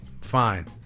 Fine